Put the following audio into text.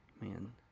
man